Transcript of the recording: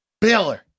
Baylor